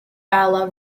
bala